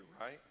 right